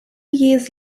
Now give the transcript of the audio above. years